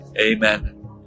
Amen